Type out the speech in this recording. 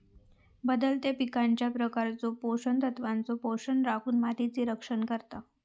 बदलत्या पिकांच्या प्रकारचो पोषण तत्वांचो शोषण रोखुन मातीचा रक्षण करता